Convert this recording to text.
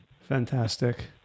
Fantastic